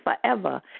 forever